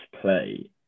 play